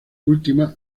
última